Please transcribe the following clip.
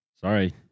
Sorry